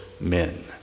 men